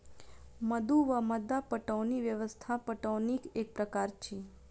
मद्दु वा मद्दा पटौनी व्यवस्था पटौनीक एक प्रकार अछि